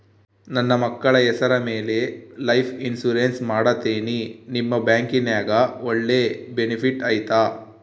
ನನ್ನ ಮಕ್ಕಳ ಹೆಸರ ಮ್ಯಾಲೆ ಲೈಫ್ ಇನ್ಸೂರೆನ್ಸ್ ಮಾಡತೇನಿ ನಿಮ್ಮ ಬ್ಯಾಂಕಿನ್ಯಾಗ ಒಳ್ಳೆ ಬೆನಿಫಿಟ್ ಐತಾ?